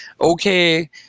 Okay